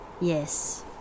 Yes